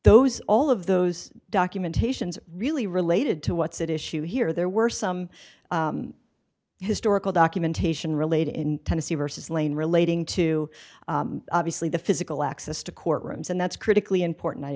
those all of those documentations really related to what's at issue here there were some historical documentation related in tennessee versus lane relating to obviously the physical access to courtrooms and that's critically important i